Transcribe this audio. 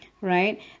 right